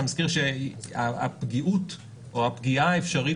אני מזכיר שהפגיעות או הפגיעה האפשרית